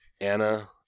Anna